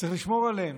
צריך לשמור עליהן.